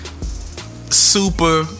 super